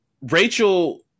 Rachel